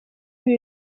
ibi